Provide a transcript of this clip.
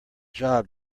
job